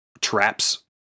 traps